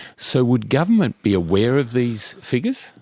so would government be aware of these figures?